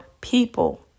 people